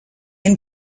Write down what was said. and